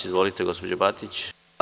Izvolite gospođo Batić.